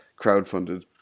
crowdfunded